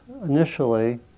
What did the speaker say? initially